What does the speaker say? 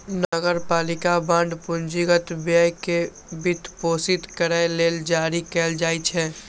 नगरपालिका बांड पूंजीगत व्यय कें वित्तपोषित करै लेल जारी कैल जाइ छै